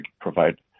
provide